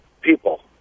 people